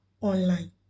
online